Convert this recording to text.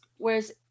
Whereas